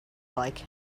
like